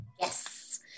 yes